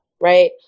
right